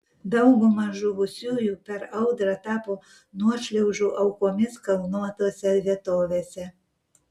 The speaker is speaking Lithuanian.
dauguma žuvusiųjų per audrą tapo nuošliaužų aukomis kalnuotose vietovėse